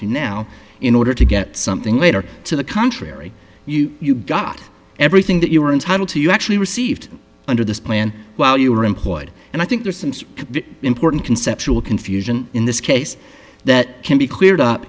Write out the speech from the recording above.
to now in order to get something later to the contrary you got everything that you were entitled to you actually received under this plan while you were employed and i think there's an important conceptual confusion in this case that can be cleared up